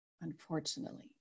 unfortunately